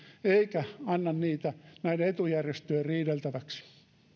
eikä anna niitä näiden etujärjestöjen riideltäväksi